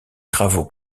travaux